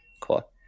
Cool